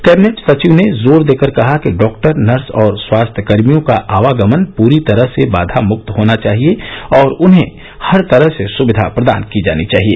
cabinet सचिव ने जोर देकर कहा कि डॉक्टर नर्स और स्वास्थ्यकर्मियों का आवागमन पूरी तरह से बाधामक्त होना चाहिए और उन्हें हर तरह से सुविधा प्रदान की जानी चाहिए